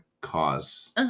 cause